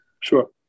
Sure